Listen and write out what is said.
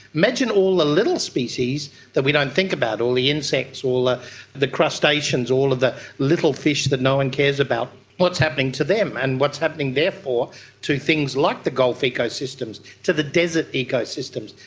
imagine all the ah little species that we don't think about, all the insects, all ah the crustaceans, all of the little fish that no one cares about. what's happening to them? and what's happening therefore to things like the gulf ecosystems, to the desert ecosystems?